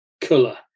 color